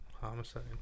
Homicide